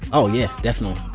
oh, yeah, definitely